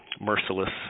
merciless